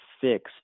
fixed